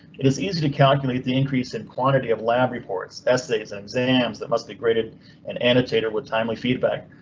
it is easy to calculate the increase in quantity of lab reports, essays, exams that must be graded and annotator with timely feedback.